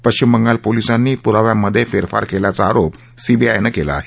पश्चिम बंगाल पोलिसांनी पुराव्यांमध्ये फेरफार केल्याचा आरोप सीबीआयनं केला आहे